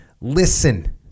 listen